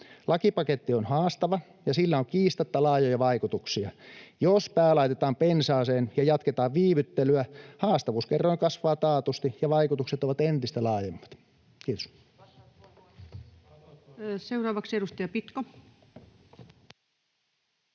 Lakipaketti on haastava, ja sillä on kiistatta laajoja vaikutuksia. Jos pää laitetaan pensaaseen ja jatketaan viivyttelyä, haastavuuskerroin kasvaa taatusti ja vaikutukset ovat entistä laajemmat. — Kiitos.